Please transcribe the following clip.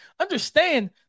Understand